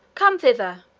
come thither,